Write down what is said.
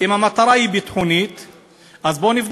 אז לך